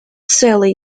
целый